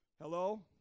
Hello